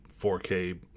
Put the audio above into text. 4K